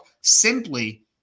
simply